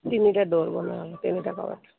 ତିନିଟା ଡୋର ବନାହେବ ତିନିଟା କବାଟ